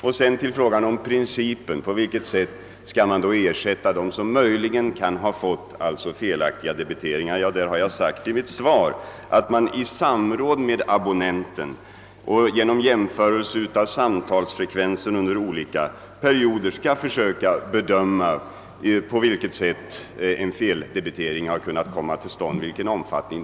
Vad sedan angår frågan om på vilket sätt man skall ersätta dem som kan ha blivit felaktigt debiterade har jag i mitt svar sagt att man i samråd med abonnenten och vid jämförelser av samtalsfrekvensen under olika perioder skall försöka bedöma eventuella feldebiteringar och deras omfattning.